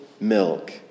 milk